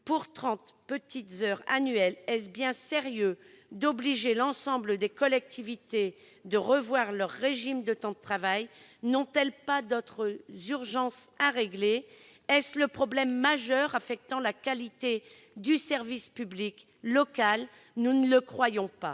Pour 30 petites heures annuelles, est-ce bien sérieux d'obliger l'ensemble des collectivités à revoir leur régime de temps de travail ? N'ont-elles pas d'autres urgences à régler ? Est-ce le problème majeur affectant la qualité du service public local ? Nous ne le croyons pas.